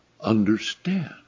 understand